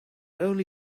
only